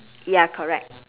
ya correct